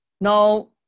Now